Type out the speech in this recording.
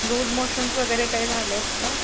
loose motions वगैरे काही झाले आहेत का